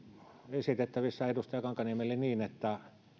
esitettävissä edustaja kankaanniemelle niin että